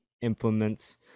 implements